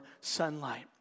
sunlight